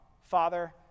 Father